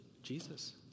Jesus